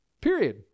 Period